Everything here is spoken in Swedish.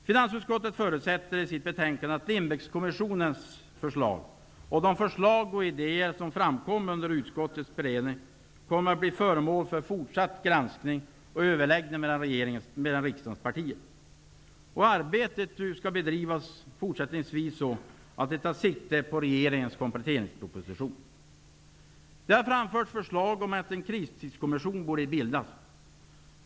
Finansutskottet förutsätter i sitt betänkande att Lindbeckkommissionens förslag och de förslag och idéer som framkom under utskottets beredning kommer att bli föremål för fortsatt granskning och överläggningar mellan riksdagens partier. Arbetet skall fortsättningsvis bedrivas så, att det tar sikte på regeringens kompletteringsproposition. Det har framförts förslag om att en kristidskommission borde bildas.